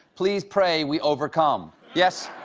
please pray we overcome. yes,